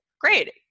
Great